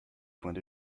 points